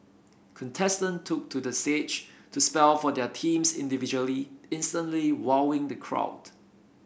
contestants took to the stage to spell for their teams individually instantly wowing the crowd